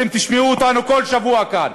תשמעו אותנו כל שבוע כאן.